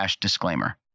disclaimer